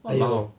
!walao!